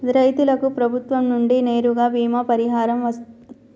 రైతులకు ప్రభుత్వం నుండి నేరుగా బీమా పరిహారం వత్తదా?